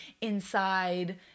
inside